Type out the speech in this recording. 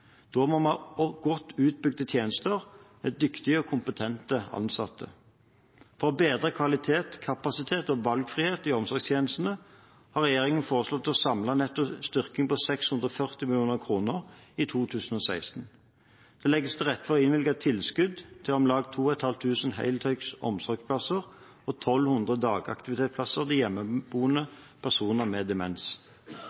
Da må vi ha godt utbygde tjenester, med dyktige og kompetente ansatte. For å bedre kvalitet, kapasitet og valgfrihet i omsorgstjenestene har regjeringen foreslått en samlet netto styrking på 640 mill. kr i 2016. Det legges til rette for å innvilge tilskudd til om lag 2 500 heldøgns omsorgsplasser og 1 200 dagaktivitetsplasser til hjemmeboende personer med demens.